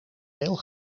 veel